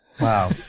Wow